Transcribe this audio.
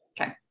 Okay